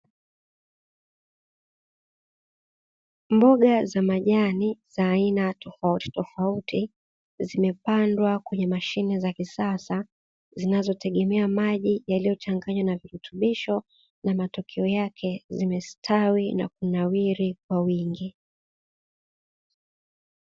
Mboga za majani za aina tofautitofauti zimepandwa kwenye mashine za kisasa, zinazotumia maji yaliyochanganywa na virutubisho na matokeo yake zimestawi na kunawiri kwa wingi.